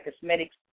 Cosmetics